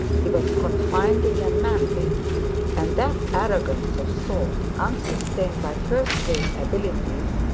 he was confiding and manly and that arrogance of thought, unsustained by first-rate abilities,